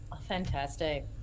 Fantastic